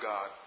God